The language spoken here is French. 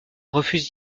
refuse